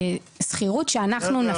אנחנו בונים יחידות דיור לשכירות שאנחנו נפעיל.